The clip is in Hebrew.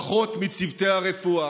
פחות מצוותי הרפואה,